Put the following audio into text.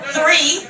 Three